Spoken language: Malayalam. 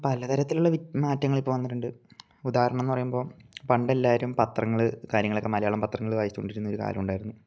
പലതരത്തിലുള്ള മാറ്റങ്ങൾ ഇപ്പോൾ വന്നിട്ടുണ്ട് ഉദാഹരണം എന്ന് പറയുമ്പോൾ പണ്ട് എല്ലാവരും പത്രങ്ങൾ കാര്യങ്ങൾ ഒക്കെ മലയാളം പത്രങ്ങൾ വായിച്ചോണ്ടിരുന്ന ഒരു കാലം ഉണ്ടായിരുന്നു